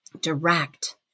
direct